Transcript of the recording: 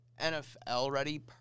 NFL-ready